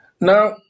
Now